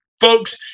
Folks